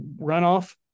runoff